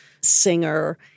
singer